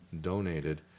donated